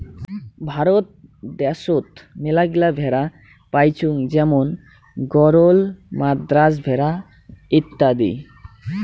ভারত দ্যাশোত মেলাগিলা ভেড়া পাইচুঙ যেমন গরল, মাদ্রাজ ভেড়া ইত্যাদি